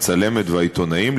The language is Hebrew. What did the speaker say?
הצלמת והעיתונאים,